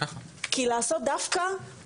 כי לעשות דווקא,